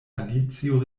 alicio